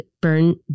burn